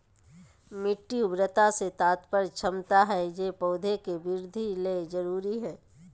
मिट्टी उर्वरता से तात्पर्य क्षमता हइ जे पौधे के वृद्धि ले जरुरी हइ